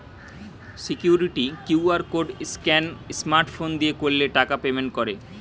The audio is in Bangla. security QR code scan smart phone দিয়ে করলে টাকা পেমেন্ট করে